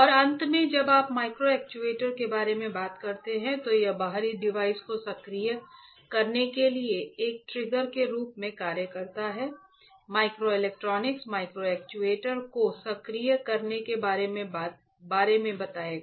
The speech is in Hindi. और अंत में जब आप माइक्रो एक्ट्यूएटर के बारे में बात करते हैं तो यह बाहरी डिवाइस को सक्रिय करने के लिए एक ट्रिगर के रूप में कार्य करता है माइक्रोइलेक्ट्रॉनिक्स माइक्रो एक्ट्यूएटर को सक्रिय करने के बारे में बताएगा